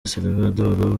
salvador